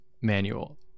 manual